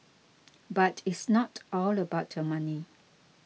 but it's not all about the money